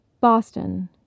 Boston